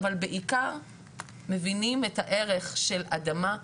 אבל בעיקר מבינים את הערך של אדמה,